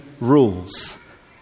rules